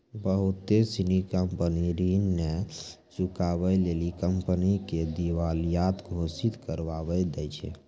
बहुते सिनी कंपनी ऋण नै चुकाबै लेली कंपनी के दिबालिया घोषित करबाय दै छै